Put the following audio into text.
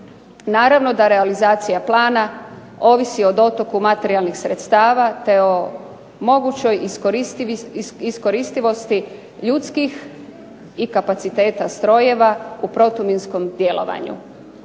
Naravno da realizacija plana ovisi o dotoku materijalnih sredstava te o mogućoj iskoristivosti ljudskih i kapaciteta strojeva u protuminskom djelovanju.